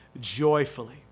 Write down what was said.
joyfully